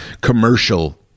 commercial